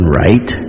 right